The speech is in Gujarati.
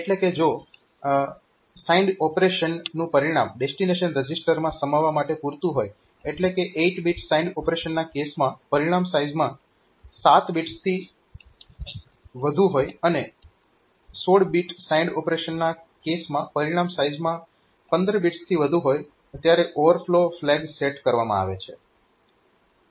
એટલે કે જો સાઇન્ડ ઓપરેશન નું પરિણામ ડેસ્ટીનેશન રજીસ્ટરમાં સમાવવા માટે પૂરતું હોય એટલે કે 8 બીટ સાઇન્ડ ઓપરેશનના કેસમાં પરિણામ સાઈઝમાં 7 બિટ્સથી વધુ હોય અને 16 બીટ સાઇન્ડ ઓપરેશનના કેસમાં પરિણામ સાઈઝમાં 15 બિટ્સથી વધુ હોય ત્યારે ઓવરફ્લો ફ્લેગ સેટ કરવામાં આવે છે